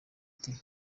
iti